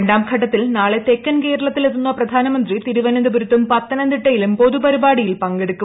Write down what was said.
രണ്ടാംഘട്ടത്തിൽ നാളെ തെക്കൻ കേരളത്തിലെത്തുന്ന പ്രധാനമന്ത്രി തിരുവനന്തപുരത്തും പത്തനംതിട്ടയിലും പൊതുപരിപാടിയിൽ പങ്കെടുക്കും